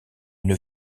une